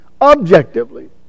objectively